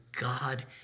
God